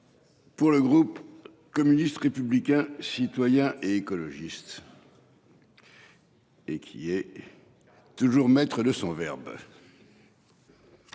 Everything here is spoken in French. Pour le groupe communiste, républicain, citoyen et écologiste. Et qui est. Toujours maître de son verbe.